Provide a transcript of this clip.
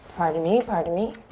pardon me, pardon me.